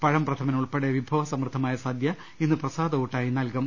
പഴം പ്രഥമൻ ഉൾപ്പെടെ വിഭവ സമൃദ്ധമായ സദ്യ ഇന്ന് പ്രസാദ ഊട്ടായി നൽകും